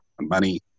money